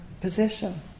position